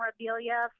memorabilia